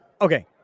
Okay